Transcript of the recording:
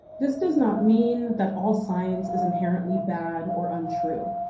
this does not mean that all science is inherently bad, or untrue.